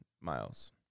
Miles